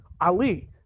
Ali